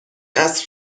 عصر